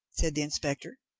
said the inspector,